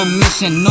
mission